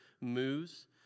moves